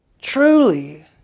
Truly